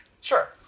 Sure